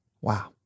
Wow